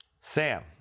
Sam